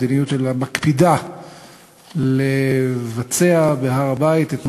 המדיניות שלה מקפידה לבצע בהר-הבית את מה